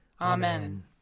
Amen